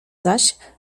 zaś